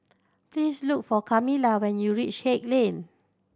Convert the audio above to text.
please look for Kamilah when you reach Haig Lane